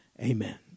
amen